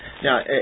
Now